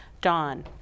Dawn